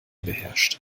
beherrscht